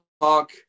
talk